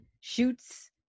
shoots